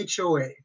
HOA